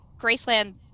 graceland